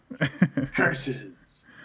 Curses